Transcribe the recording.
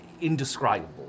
indescribable